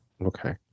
Okay